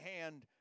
hand